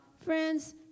friends